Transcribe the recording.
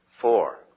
four